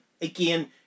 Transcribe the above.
again